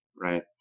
Right